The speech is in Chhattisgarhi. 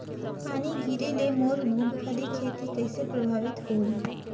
पानी गिरे ले मोर मुंगफली खेती कइसे प्रभावित होही?